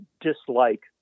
dislike